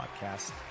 podcast